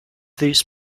these